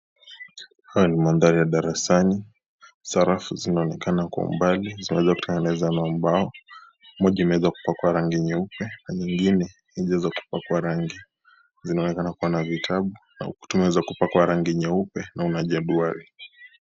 Haya ni mandhari ya darasani. Sarafu zinaonekana kwa umbali ,zinaweza kutengenezwa na mbao. Moja imeweza kupakwa rangi nyeupe na nyingine inaezwa kupakwa rangi . Zinaonekana kuwa na vitabu ,na ukuta unawezakupakwa rangi nyeupe na una jedwali.